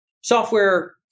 software